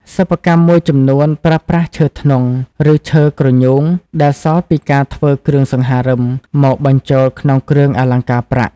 សិប្បកម្មមួយចំនួនប្រើប្រាស់ឈើធ្នង់ ឬឈើគ្រញូងដែលសល់ពីការធ្វើគ្រឿងសង្ហារឹម មកបញ្ចូលក្នុងគ្រឿងអលង្ការប្រាក់។